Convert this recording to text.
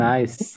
Nice